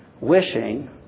wishing